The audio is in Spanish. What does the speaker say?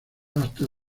hasta